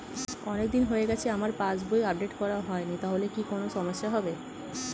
অনেকদিন হয়ে গেছে আমার পাস বই আপডেট করা হয়নি তাহলে কি কোন সমস্যা হবে?